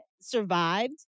survived